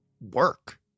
work